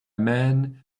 man